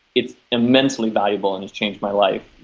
it's immensely valuable and has changed my life.